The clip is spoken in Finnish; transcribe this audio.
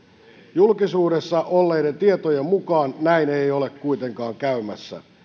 julkisuudessa olleiden tietojen mukaan näin ei ole kuitenkaan käymässä